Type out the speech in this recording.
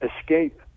escape